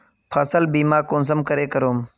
फसल बीमा कुंसम करे करूम?